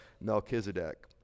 Melchizedek